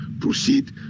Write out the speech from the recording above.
proceed